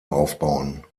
aufbauen